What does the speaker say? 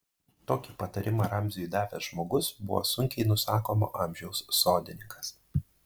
tokį patarimą ramziui davęs žmogus buvo sunkiai nusakomo amžiaus sodininkas